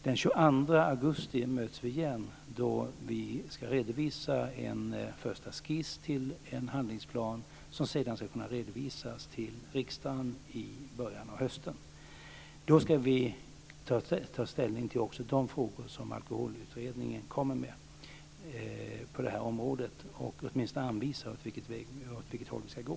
Den 22 augusti möts vi igen då vi ska redovisa en första skiss till handlingsplan som sedan ska kunna redovisas för riksdagen i början av hösten. Då ska vi ta ställning också till de frågor som Alkoholutredningen kommer med på området. Åtminstone handlar det om att anvisa åt vilket håll vi ska gå.